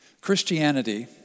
Christianity